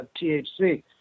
THC